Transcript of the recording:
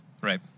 Right